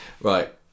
right